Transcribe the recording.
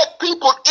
people